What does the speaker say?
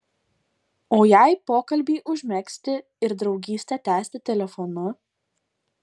o jei pokalbį užmegzti ir draugystę tęsti telefonu